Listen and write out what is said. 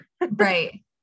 right